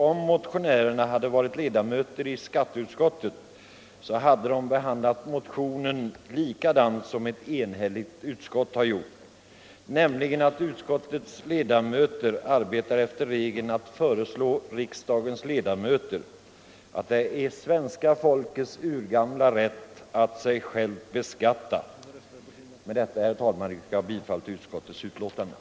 Om motionärerna hade varit ledamöter i skatteutskottet hade de behandlat motionen likadant som ett enhälligt utskott nu har gjort, nämligen så att utskottet har arbetat efter regeln att det är svenska folkets urgamla rätt att sig självt beskatta. Herr talman! Med detta yrkar jag bifall till utskottets hemställan.